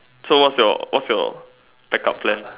so what's your what's your backup plan